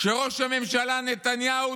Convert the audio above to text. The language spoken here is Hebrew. כשראש הממשלה נתניהו,